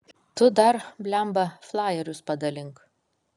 tu dar blemba flajerius padalink